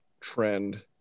trend